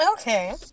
Okay